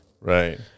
Right